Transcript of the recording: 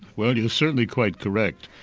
well you're certainly quite correct,